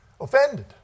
Offended